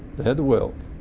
had the wealth,